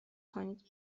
کنید